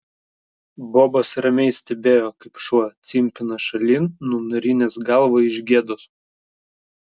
bobas ramiai stebėjo kaip šuo cimpina šalin nunarinęs galvą iš gėdos